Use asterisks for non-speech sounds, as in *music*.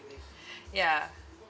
*breath* yeah